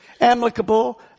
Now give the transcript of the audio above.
Amicable